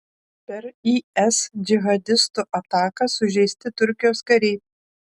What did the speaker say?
per is džihadistų ataką sužeisti turkijos kariai